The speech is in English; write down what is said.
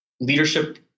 leadership